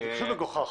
פשוט מגוחך.